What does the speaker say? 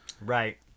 right